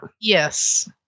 Yes